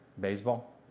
Baseball